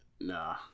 Nah